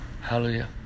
Hallelujah